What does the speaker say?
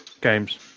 games